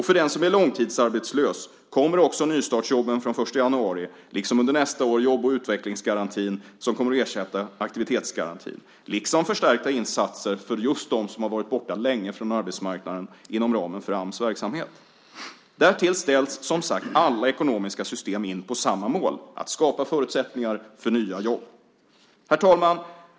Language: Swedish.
För den som är långtidsarbetslös kommer nystartsjobben från den 1 januari och under nästa år jobb och utvecklingsgarantin, som kommer att ersätta aktivitetsgarantin, liksom förstärkta insatser inom ramen för Ams verksamhet för dem som har varit borta länge från arbetsmarknaden. Därtill ställs som sagt alla ekonomiska system in på samma mål: att skapa förutsättningar för nya jobb. Herr talman!